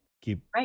keep